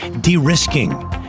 de-risking